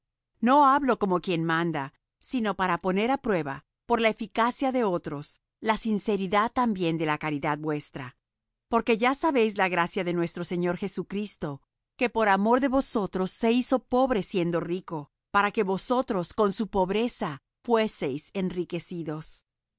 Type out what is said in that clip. no hablo como quien manda sino para poner á prueba por la eficacia de otros la sinceridad también de la caridad vuestra porque ya sabéis la gracia de nuestro señor jesucristo que por amor de vosotros se hizo pobre siendo rico para que vosotros con su pobreza fueseis enriquecidos